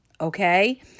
okay